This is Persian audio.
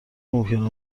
ممکنه